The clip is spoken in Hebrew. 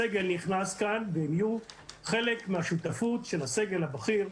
כחלק מהשותפות של הסגל הבכיר,